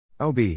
OB